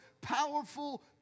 powerful